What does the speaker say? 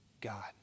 God